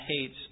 hates